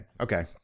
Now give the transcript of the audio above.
Okay